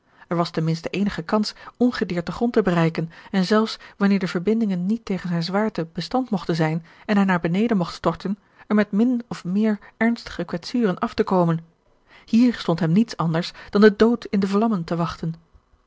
er was ten minste eenige kans ongedeerd den grond te bereiken en zelfs wanneer de verbindingen niet tegen zijne zwaarte bestand mogten zijn en hij naar beneden mogt storten er met min of meer ernstige kwetsuren af te komen hier stond hem niets anders dan de dood in de vlammen te wachten